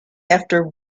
after